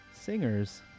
singers